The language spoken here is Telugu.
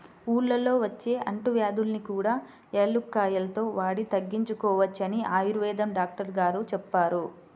ఊళ్ళల్లో వచ్చే అంటువ్యాధుల్ని కూడా యాలుక్కాయాలు వాడి తగ్గించుకోవచ్చని ఆయుర్వేదం డాక్టరు గారు చెప్పారు